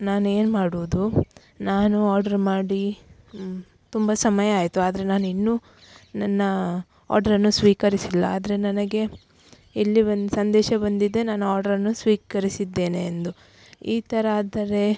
ನಾನೇನು ಮಾಡುವುದು ನಾನು ಆರ್ಡ್ರ್ ಮಾಡಿ ತುಂಬ ಸಮಯ ಆಯಿತು ಆದರೆ ನಾನಿನ್ನು ನನ್ನ ಆರ್ಡರನ್ನು ಸ್ವೀಕರಿಸಿಲ್ಲ ಆದರೆ ನನಗೆ ಇಲ್ಲಿ ಒಂದು ಸಂದೇಶ ಬಂದಿದೆ ನಾನು ಆರ್ಡ್ರನ್ನು ಸ್ವೀಕರಿಸಿದ್ದೇನೆ ಎಂದು ಈ ಥರ ಆದರೆ